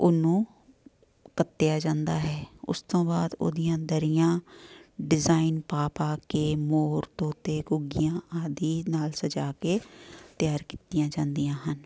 ਉਹਨੂੰ ਕੱਤਿਆ ਜਾਂਦਾ ਹੈ ਉਸ ਤੋਂ ਬਾਅਦ ਉਹਦੀਆਂ ਦਰੀਆਂ ਡਿਜ਼ਾਇਨ ਪਾ ਪਾ ਕੇ ਮੋਰ ਤੋਤੇ ਘੁੱਗੀਆਂ ਆਦਿ ਨਾਲ ਸਜਾ ਕੇ ਤਿਆਰ ਕੀਤੀਆਂ ਜਾਂਦੀਆਂ ਹਨ